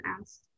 asked